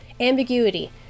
Ambiguity